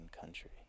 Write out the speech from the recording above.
country